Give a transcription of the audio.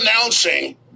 announcing